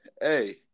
hey